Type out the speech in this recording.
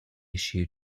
issue